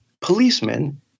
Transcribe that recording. policemen